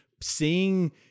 seeing